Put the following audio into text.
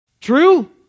True